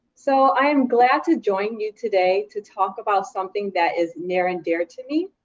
so i am glad to join you today to talk about something that is near and dear to me.